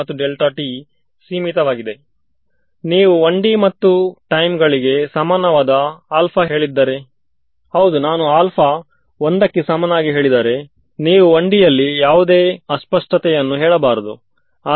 so ನಾವು ನಿಜವಾಗಿ ಏನು ಮಾಡಬೇಕು ಎಂದರೆ ಇಲ್ಲಿ ಕರ್ಲ್ ನ್ನು ಫೈಂಡ್ ಮಾಡಬೇಕುಅದೇ ರೀತಿ ಮೇಲೆ ಕರ್ಲ್ ನ್ನು ಫೈಂಡ್ ಮಾಡಿ ಹಾಗು ಅದರ ಎವರೇಜ್ ನ್ನು ಕಂಡುಹಿಡಿಯಿರಿ